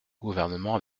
gouvernement